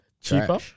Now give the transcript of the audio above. Cheaper